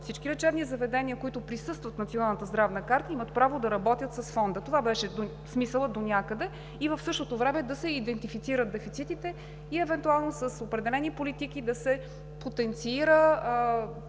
всички лечебни заведения, които присъстват в Националната здравна карта, имат право да работят с Фонда – това беше смисълът донякъде, и в същото време да се идентифицират дефицитите и евентуално с определени политики да се потенцира